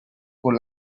con